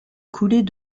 coulées